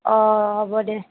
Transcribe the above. অঁ হ'ব দে